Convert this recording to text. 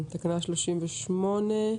תקנה 38,